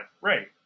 Right